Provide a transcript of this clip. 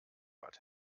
bad